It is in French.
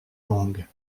longue